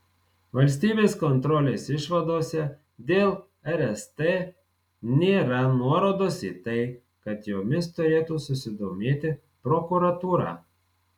valstybės kontrolės išvadose dėl rst nėra nuorodos į tai kad jomis turėtų susidomėti prokuratūra